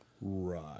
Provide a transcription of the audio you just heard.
Right